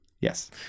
Yes